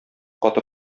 каты